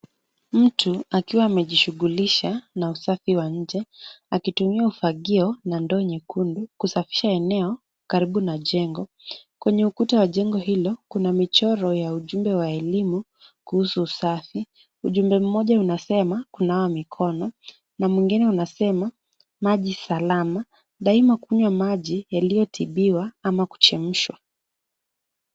Mtu akiwa amejishughulisha na usafi wa nje. Akitumia ufagio na ndoo nyekundu kusafisha eneo karibu na jengo. Kwenye ukuta wa jengo hilo, kuna michoro ya ujumbe wa elimu kuhusu usafi. Ujumbe mmoja unasema, kunawa mikono na mwingine unasema, maji salama, daima kunywa maji yaliyotibiwa ama kuchemshwa.